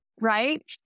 Right